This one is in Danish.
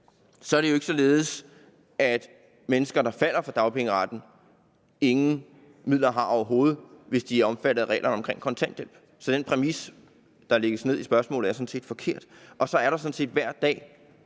Så er det jo ikke således, at mennesker, der falder for dagpengeretten, ingen midler har overhovedet, hvis de er omfattet af reglerne om kontanthjælp. Så den præmis, der lægges ned i spørgsmålet, er sådan set forkert. Og så er der hver dag